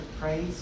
praise